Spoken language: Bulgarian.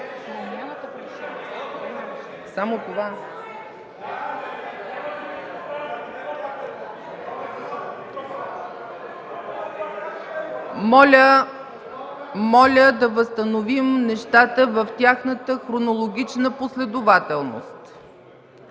Моля да възстановим нещата в тяхната хронологична последователност.